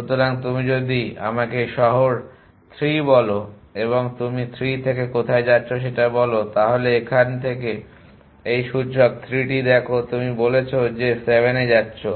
সুতরাং তুমি যদি আমাকে শহর 3 বলো এবং তুমি 3 থেকে কোথায় যাচ্ছো সেটা বলো তাহলে এখানে এই সূচক 3 টি দেখো তুমি বলছো যে 7 এ যাচ্ছো